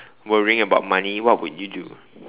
worrying about money what would you do